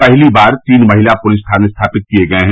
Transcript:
पहली बार तीन महिला पुलिस थाने स्थापित किए गए हैं